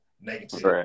negative